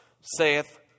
saith